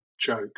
joke